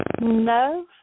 No